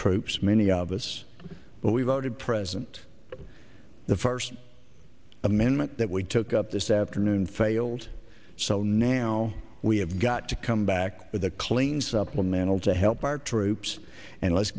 troops many of us but we voted present the first amendment that we took up this afternoon failed so now we have got to come back with a clean supplemental to help our troops and let's